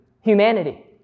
humanity